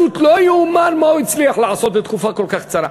פשוט לא ייאמן מה הוא הצליח לעשות בתקופה כל כך קצרה.